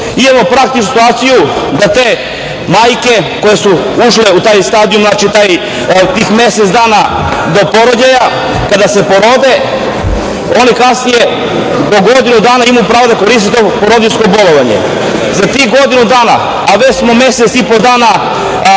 praktičnu situaciju da te majke koje su ušle u taj stadijum, znači tih mesec dana do porođaja, kada se porode one kasnije do godinu dana imaju prava da koriste to porodiljsko bolovanje. Za tih godinu dana, a već mesec i po dana